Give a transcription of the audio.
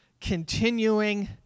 continuing